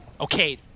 Okay